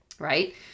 right